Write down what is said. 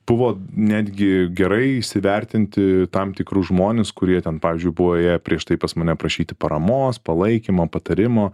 buvo netgi gerai įsivertinti tam tikrus žmones kurie ten pavyzdžiui buvo ėję prieš tai pas mane prašyti paramos palaikymo patarimo